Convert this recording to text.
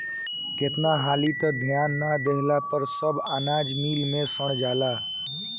केतना हाली त ध्यान ना देहला पर सब अनाज मिल मे सड़ जाला